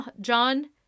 John